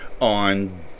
on